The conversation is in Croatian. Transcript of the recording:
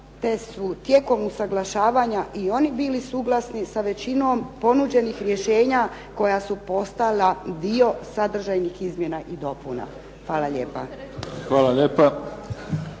te su tijekom usaglašavanja i oni bili suglasni sa većinom ponuđenih rješenja koja su postala dio sadržajnih izmjena i dopuna. Hvala lijepa.